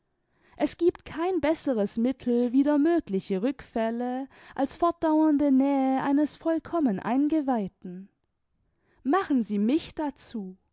es giebt kein besseres mittel wider mögliche rückfälle als fortdauernde nähe eines vollkommen eingeweih'ten machen sie mich dazu